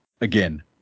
again